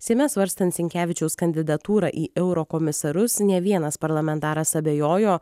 seime svarstant sinkevičiaus kandidatūrą į eurokomisarus ne vienas parlamentaras abejojo